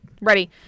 Ready